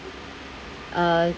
uh